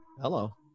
hello